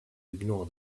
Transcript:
ignore